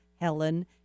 Helen